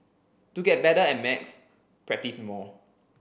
to get better at maths practise more